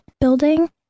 building